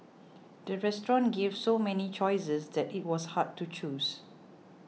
the restaurant gave so many choices that it was hard to choose